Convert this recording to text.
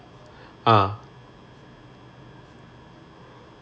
uh